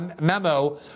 memo